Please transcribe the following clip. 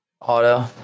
Auto